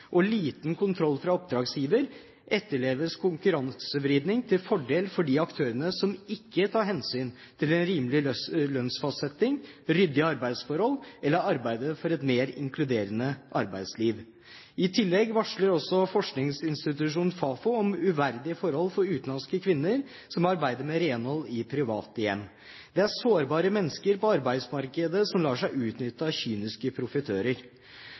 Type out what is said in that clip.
og liten kontroll fra oppdragsgiver, oppleves konkurransevridning til fordel for de aktørene som ikke tar hensyn til en rimelig lønnsfastsetting, ryddige arbeidsforhold eller arbeidet for et mer inkluderende arbeidsliv. I tillegg varsler også forskningsinstitusjonen Fafo om uverdige forhold for utenlandske kvinner som arbeider med renhold i private hjem. Det er sårbare mennesker på arbeidsmarkedet som lar seg utnytte av kyniske profitører.